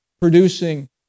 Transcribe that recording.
producing